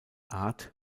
art